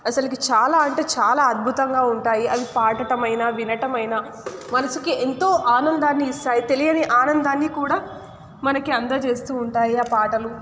అసలుకి చాలా అంటే చాలా అద్భుతంగా ఉంటాయి అవి పాడటం అయినా వినటమైనా మనసుకి ఎంతో ఆనందాన్ని ఇస్తాయి తెలియని ఆనందాన్ని కూడా మనకి అందజేస్తూ ఉంటాయి ఆ పాటలు